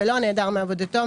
ולא נעדר מעבודתו,